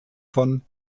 von